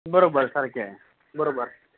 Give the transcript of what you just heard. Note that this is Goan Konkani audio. बरोबर सारके बरोबर